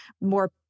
more